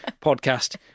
podcast